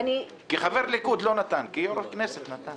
כחבר ליכוד לא נתן, כיו"ר הכנסת נתן.